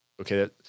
okay